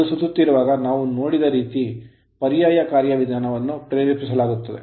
ಅದು ಸುತ್ತುತ್ತಿರುವಾಗ ನಾವು ನೋಡಿದ ರೀತಿ ಪರ್ಯಾಯ ಕಾರ್ಯವಿಧಾನವನ್ನು ಪ್ರೇರೇಪಿಸಲಾಗುತ್ತದೆ